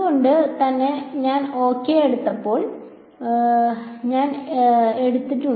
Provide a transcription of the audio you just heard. അതുകൊണ്ട് തന്നെ ഞാൻ ഓകെ എടുത്തിട്ടുണ്ട്